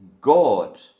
God